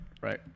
right